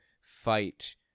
fight